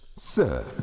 Sir